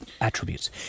attributes